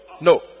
No